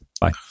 Bye